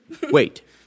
Wait